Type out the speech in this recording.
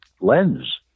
lens